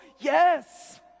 Yes